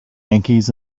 yankees